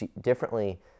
differently